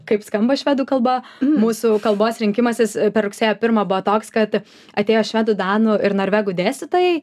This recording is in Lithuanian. kaip skamba švedų kalba mūsų kalbos rinkimasis rugsėjo pirmą buvo toks kad atėjo švedų danų ir norvegų dėstytojai